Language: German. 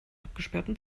abgesperrten